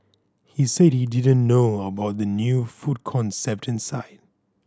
he said he didn't know about the new food concept inside